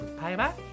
Bye-bye